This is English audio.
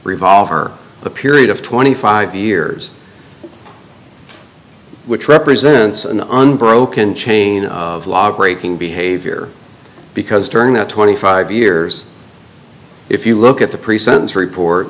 revolver the period of twenty five years which represents an unbroken chain of log breaking behavior because during that twenty five years if you look at the pre sentence report